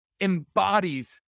embodies